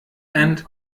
and